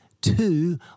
two